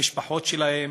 המשפחות שלהם,